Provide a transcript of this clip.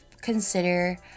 consider